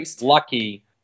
lucky